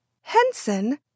Henson